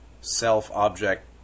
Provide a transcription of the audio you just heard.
self-object